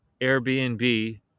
Airbnb